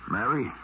Mary